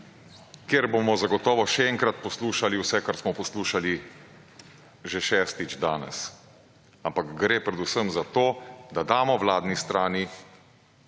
kjer bomo zagotovo še enkrat poslušali vse, kar smo poslušali že šestič danes, ampak gre predvsem za to, da damo vladni strani